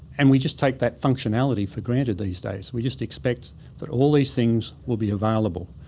and we just take that functionality for granted these days, we just expect that all these things will be available.